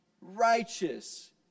righteous